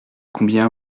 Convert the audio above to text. combien